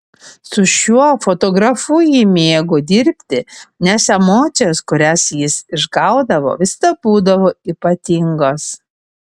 su šiuo fotografu ji mėgo dirbti nes emocijos kurias jis išgaudavo visada būdavo ypatingos